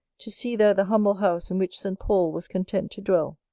to see there the humble house in which st. paul was content to dwell,